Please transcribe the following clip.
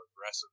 aggressive